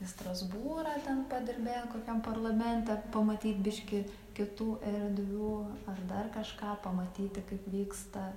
į strasbūrą ten padirbėja kokiam parlamente pamatyt biškį kitų erdvių ar dar kažką pamatyti kaip vyksta